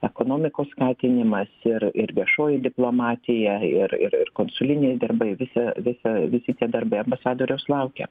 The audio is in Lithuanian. ekonomikos skatinimas ir ir viešoji diplomatija ir ir ir konsuliniai darbai visa visa visi tie darbai ambasadoriaus laukia